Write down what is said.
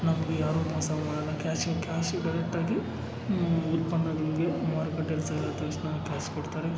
ನಮಗೆ ಯಾರು ಮೋಸ ಮಾಡೋಲ್ಲ ಕ್ಯಾಶು ಕ್ಯಾಶು ಡೈರೆಕ್ಟಾಗಿ ಉತ್ಪನ್ನಗಳಿಗೆ ಮಾರುಕಟ್ಟೆಯಲ್ಲಿ ಸೇಲ್ ಆದ ತಕ್ಷಣ ಕ್ಯಾಶ್ ಕೊಡ್ತಾರೆ